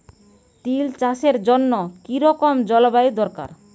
তিল চাষের জন্য কি রকম জলবায়ু দরকার?